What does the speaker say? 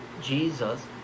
Jesus